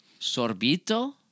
Sorbito